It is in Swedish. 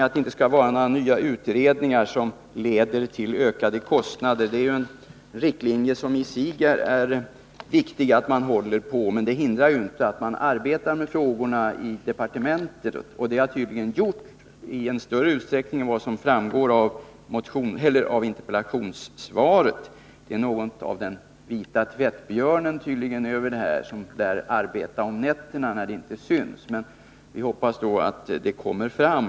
Att det inte skall göras utredningar som leder till nya kostnader är i sig en riktlinje som det är viktigt att man håller på. Men det hindrar ju inte att man arbetar med frågorna i departementet. Det har tydligen skett i större utsträckning än vad som framgår av interpellationsoch frågesvaret. Det finns här tydligen något av den vita tvättbjörnen, som arbetar om nätterna när den inte syns. Vi hoppas då att detta arbete skall komma fram.